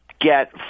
get